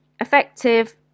effective